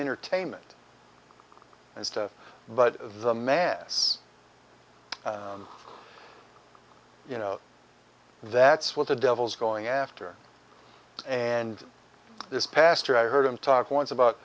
entertainment and stuff but the mass you know that's what the devil's going after and this pastor i heard him talk once about